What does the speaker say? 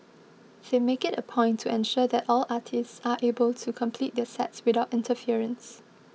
they make it a point to ensure that all artists are able to complete their sets without interference